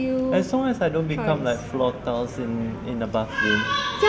as long as I don't become like floor tiles in in the bathroom